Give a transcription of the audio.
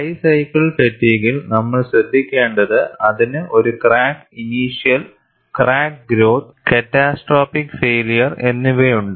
high cycle ഫാറ്റിഗിൽ നമ്മൾ ശ്രദ്ധിക്കേണ്ടത് അതിന് ഒരു crack initiation crack growth catastrophic failure എന്നിവയുണ്ട്